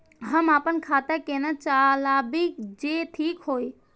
हम अपन खाता केना चलाबी जे ठीक होय?